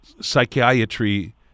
psychiatry